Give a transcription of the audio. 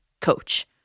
coach